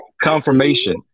Confirmation